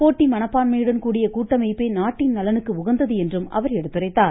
போட்டி மனப்பான்மையுடன் கூடிய கூட்டமைப்பே நாட்டின் நலனுக்கு உகந்தது என்றும் அவர் எடுத்துரைத்தார்